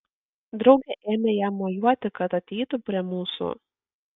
draugė ėmė jam mojuoti kad ateitų prie mūsų